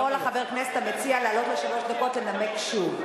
יכול חבר הכנסת המציע לעלות לשלוש דקות לנמק שוב.